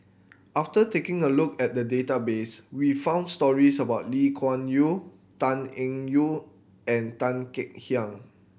after taking a look at the database we found stories about Lee Kuan Yew Tan Eng Yoon and Tan Kek Hiang